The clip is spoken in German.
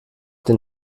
den